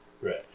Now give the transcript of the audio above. Right